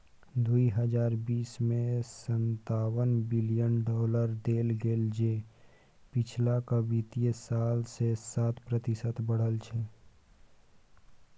दुइ हजार बीस में सनतावन बिलियन डॉलर देल गेले जे पिछलका वित्तीय साल से सात प्रतिशत बढ़ल छै